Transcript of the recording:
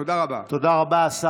תודה רבה.